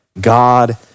God